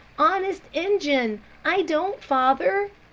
honest injun i don't, father!